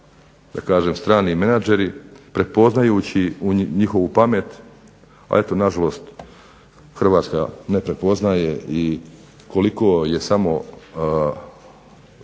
studiranja strani menadžeri prepoznajući njihovu pamet, a eto nažalost Hrvatska ne prepoznaje i koliko je samo